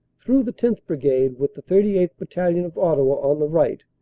through the tenth bri gade, with the thirty eighth. battalion, of ottawa, on the right,